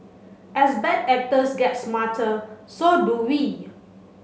as bad actors get smarter so do we